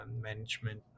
management